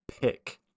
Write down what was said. Pick